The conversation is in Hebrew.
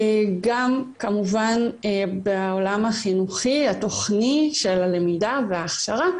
גם כמובן בעולם החינוכי התוכני של הלמידה וההכשרה,